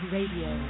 Radio